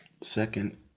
second